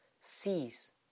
sees